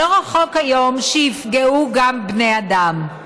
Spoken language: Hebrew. לא רחוק היום שיפגעו גם בבני אדם.